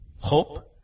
hope